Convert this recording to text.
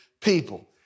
people